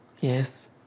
Yes